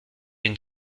une